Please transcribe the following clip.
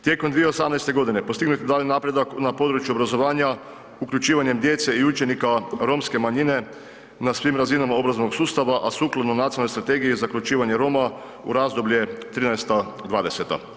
Tijekom 2018.godine postignut je daljnji napredak na području obrazovanja uključivanjem djece i učenika romske manjine na svim razinama obrazovnog sustava, a sukladno Nacionalnoj strategiji za uključivanje Roma u razdoblje 2013.-2020.